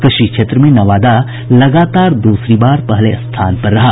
कृषि क्षेत्र में नवादा लगातार दूसरी बार पहले स्थान पर रहा